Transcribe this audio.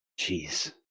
Jeez